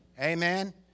Amen